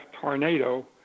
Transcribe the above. tornado